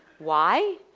why?